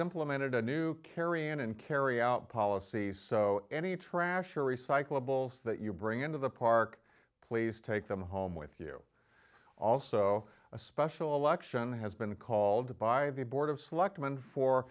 implemented a new carry in and carry out policies so any trash or recyclables that you bring into the park please take them home with you also a special election has been called by the board of select